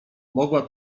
mogła